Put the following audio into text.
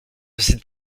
cet